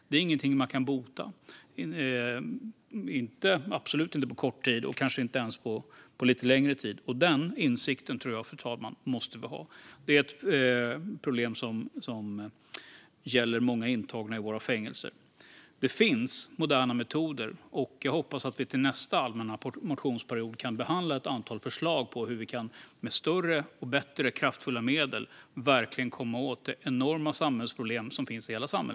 Det är inget som man kan bota, absolut inte på kort tid och kanske inte ens under lite längre tid. Den insikten tror jag att vi måste ha, fru talman. Det är ett problem som gäller många intagna i våra fängelser, och jag hoppas att vi till nästa allmänna motionsperiod kan behandla ett antal förslag om hur vi med större, bättre och kraftfullare medel verkligen kan komma åt det enorma samhällsproblem som beroendesjukdomar utgör.